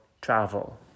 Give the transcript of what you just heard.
travel